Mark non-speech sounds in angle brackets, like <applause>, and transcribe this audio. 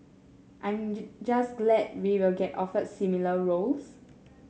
I am <unintelligible> just glad we will get offered similar roles